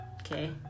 okay